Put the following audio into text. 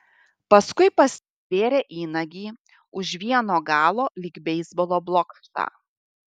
paskui pastvėrė įnagį už vieno galo lyg beisbolo blokštą